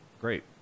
Great